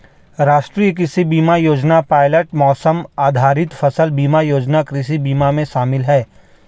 राष्ट्रीय कृषि बीमा योजना पायलट मौसम आधारित फसल बीमा योजना कृषि बीमा में शामिल है